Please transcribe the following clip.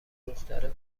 دختره